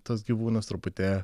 tuos gyvūnus truputį